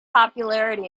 popularity